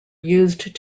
used